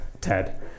Ted